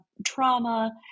trauma